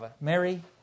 Mary